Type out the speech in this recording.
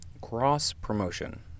cross-promotion